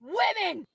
women